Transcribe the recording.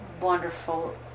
wonderful